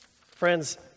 Friends